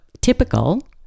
typical